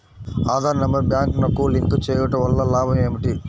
Aadhaar number బ్యాంక్నకు link చేయుటవల్ల లాభం ఏమిటి?